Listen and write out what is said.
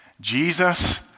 Jesus